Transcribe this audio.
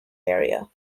area